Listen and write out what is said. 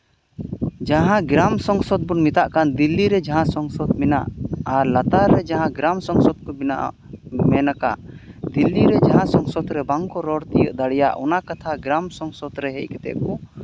ᱡᱟᱦᱟᱸ ᱜᱨᱟᱢ ᱥᱚᱝᱥᱚᱫᱽ ᱵᱚᱱ ᱢᱮᱛᱟᱜ ᱠᱟᱱ ᱫᱤᱞᱞᱤ ᱨᱮ ᱡᱟᱦᱟᱸ ᱥᱚᱝᱥᱚᱫᱽ ᱢᱮᱱᱟᱜ ᱟᱨ ᱞᱟᱛᱟᱨ ᱨᱮ ᱡᱟᱦᱟᱸ ᱜᱨᱟᱢ ᱥᱚᱝᱥᱚᱫ ᱠᱚ ᱢᱮᱱᱟᱜᱼᱟ ᱢᱮᱱ ᱟᱠᱟᱫ ᱫᱤᱞᱞᱤ ᱨᱮ ᱡᱟᱦᱟᱸ ᱥᱚᱝᱥᱚᱫᱽ ᱨᱮ ᱵᱟᱝ ᱠᱚ ᱨᱚᱲ ᱛᱤᱭᱳᱜ ᱫᱟᱲᱮᱭᱟᱜ ᱚᱱᱟ ᱠᱟᱛᱷᱟ ᱜᱨᱟᱢ ᱥᱚᱝᱥᱚᱫᱽ ᱨᱮ ᱦᱮᱡ ᱠᱟᱛᱮᱫ ᱠᱚ